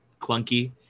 clunky